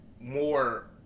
more